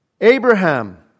Abraham